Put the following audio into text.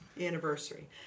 anniversary